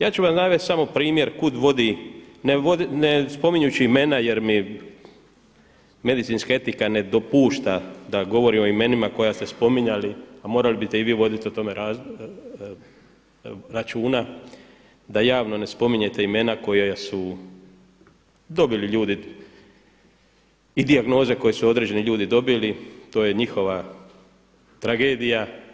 Ja ću vam navesti samo primjer kuda vodi, ne spominjući imena jer mi medicinska etika ne dopušta da govorim o imenima koja ste spominjali a morali biste i vi voditi o tome računa da javno ne spominjete imena koja su dobili ljudi i dijagnoze koje su određeni ljudi dobili, to je njihova tragedija.